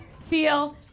feel